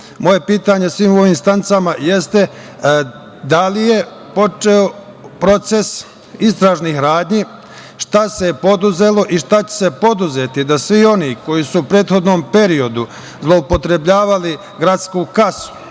pitanje svim ovim instancama jeste, da li je počeo proces istražnih radnji? Šta se preduzelo i šta će se preduzeti da svi oni koji su u prethodnom periodu zloupotrebljavali gradsku kasu